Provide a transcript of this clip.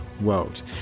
world